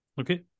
Okay